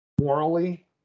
morally